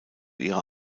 ihrer